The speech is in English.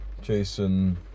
Jason